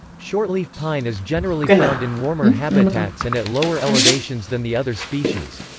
shortleaf pine is generally found in warmer habitats and at lower elevations than the other species.